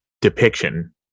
depiction